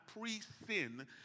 pre-sin